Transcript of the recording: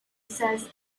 says